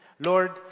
Lord